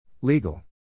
Legal